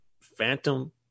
phantom